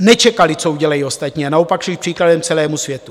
Nečekali, co udělají ostatní, naopak šli příkladem celému světu.